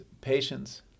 patience